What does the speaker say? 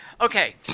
Okay